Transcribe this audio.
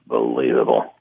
Unbelievable